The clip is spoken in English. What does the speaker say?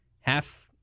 half